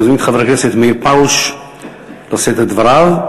אני מזמין את חבר הכנסת מאיר פרוש לשאת את דבריו.